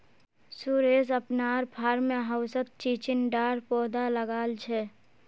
सुरेश अपनार फार्म हाउसत चिचिण्डार पौधा लगाल छ